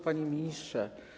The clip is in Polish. Panie Ministrze!